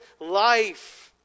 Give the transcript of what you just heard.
life